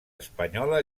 espanyola